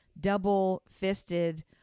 double-fisted